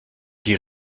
die